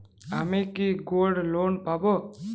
আমি কি gold loan পাবো?